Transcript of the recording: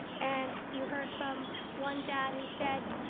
and you heard from one dad who said,